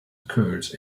occurs